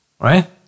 Right